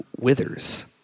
withers